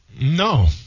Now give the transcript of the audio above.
no